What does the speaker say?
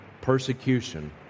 persecution